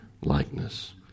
likeness